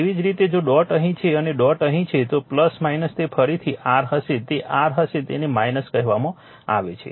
તેવી જ રીતે જો ડોટ અહીં છે અને ડોટ અહીં છે તો તે ફરીથી r હશે તે r હશે તેને કહેવામાં આવે છે